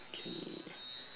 okay